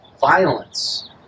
violence